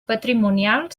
patrimonial